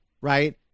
right